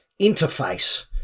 interface